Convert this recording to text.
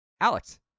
Alex